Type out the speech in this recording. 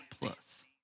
plus